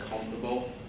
comfortable